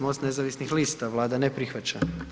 MOST nezavisnih lista, Vlada ne prihvaća.